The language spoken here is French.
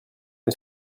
est